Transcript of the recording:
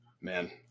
man